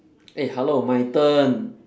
eh hello my turn